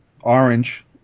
orange